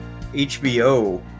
HBO